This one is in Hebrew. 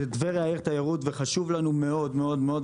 טבריה היא עיר תיירות וחשוב לנו מאוד מאוד מאוד,